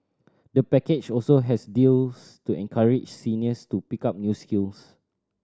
the package also has deals to encourage seniors to pick up new skills